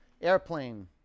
Airplane